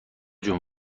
جون